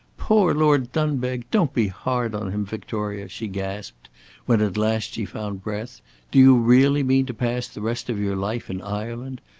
poor lord dunbeg! don't be hard on him, victoria! she gasped when at last she found breath do you really mean to pass the rest of your life in ireland?